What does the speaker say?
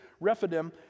Rephidim